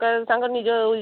କାରଣ ତାଙ୍କ ନିଜର